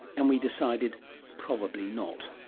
and we decided probably not.